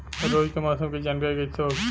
रोज के मौसम के जानकारी कइसे होखि?